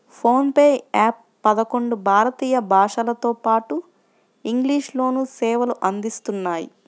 phone pay app పదకొండు భారతీయ భాషలతోపాటు ఇంగ్లీష్ లోనూ సేవలు అందిస్తున్నాయి